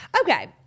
Okay